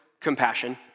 Compassion